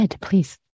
please